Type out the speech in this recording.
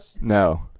No